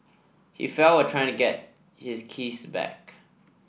he fell while trying to get his keys back